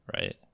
right